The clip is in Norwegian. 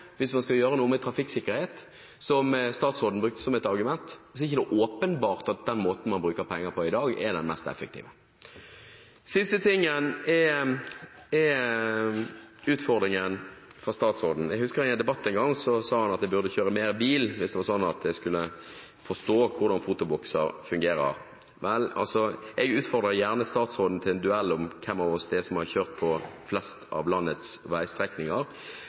hvis man skal gjøre noe med trafikksikkerhet, som statsråden brukte som et argument, er det ikke åpenbart at den måten man bruker penger på i dag, er den mest effektive. Det siste gjelder utfordringen fra statsråden. Jeg husker at han i en debatt en gang sa at jeg burde kjøre mer bil hvis det var sånn at jeg skulle forstå hvordan fotobokser fungerer. Vel, jeg utfordrer gjerne statsråden til en duell om hvem av oss som har kjørt på flest av landets veistrekninger,